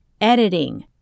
editing